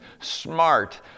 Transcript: smart